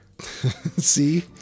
See